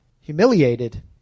humiliated